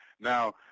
Now